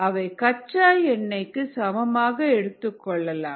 அவை கச்சா எண்ணெய்க்கு சமமாக எடுத்துக் கொள்ளலாம்